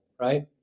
right